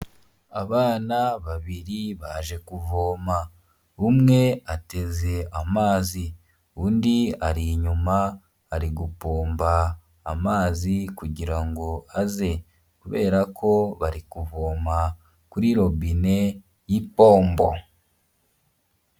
Abana babiri baje kuvoma. Umwe ateze amazi, undi ari inyuma ari gupomba amazi kugira ngo aze. Kubera ko bari kuvoma kuri robine y'ipombo.